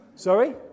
Sorry